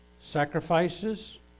sacrifices